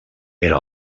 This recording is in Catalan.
era